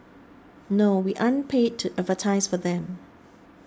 no we aren't paid to advertise for them